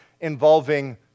involving